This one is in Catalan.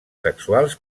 sexuals